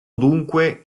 dunque